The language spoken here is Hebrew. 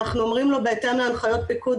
אנחנו אומרים לו בהתאם להנחיות פיקוד